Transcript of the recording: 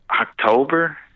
October